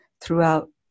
throughout